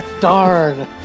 Darn